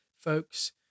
folks